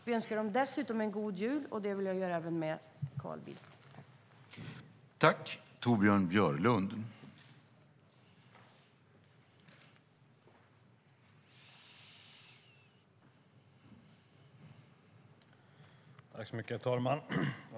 Vi önskar dem dessutom en god jul, och det vill jag även önska Carl Bildt.